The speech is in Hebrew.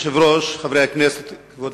חבר הכנסת טלב אלסאנע, בבקשה.